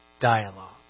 dialogue